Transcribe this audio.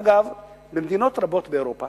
אגב, במדינות רבות באירופה